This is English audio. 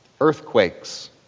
Earthquakes